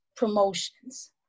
Promotions